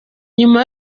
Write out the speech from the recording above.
nyuma